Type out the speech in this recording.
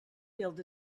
build